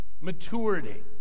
Maturity